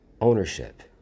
Ownership